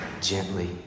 gently